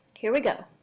here we go.